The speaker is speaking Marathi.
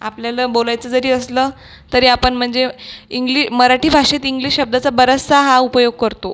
आपल्याला बोलायचं जरी असलं तरी आपण म्हणजे इंग्लि मराठी भाषेत इंग्लिश शब्दाचा बराचसा हा उपयोग करतो